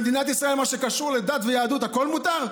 במדינת ישראל מה שקשור לדת ויהדות, הכול מותר?